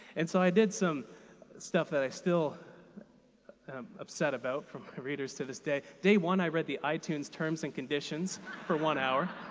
and so i did some stuff that i still am upset about from my readers, to this day. day one, i read the itunes terms and conditions for one hour.